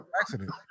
accident